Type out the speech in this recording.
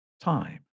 time